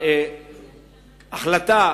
ההחלטה